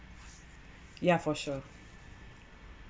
yeah for sure